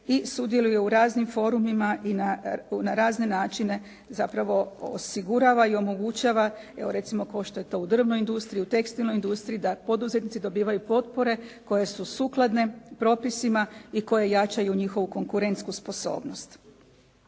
i sudjeluje u raznim forumima i na razne načine zapravo osigurava i omogućava evo recimo kao što je to u drvnoj industriji, u tekstilnoj industriji da poduzetnici dobivaju potpore koje su sukladne propisima i koje jačaju njihovu konkurentsku sposobnost.